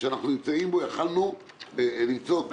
יכולנו למצוא פתרון,